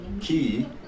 key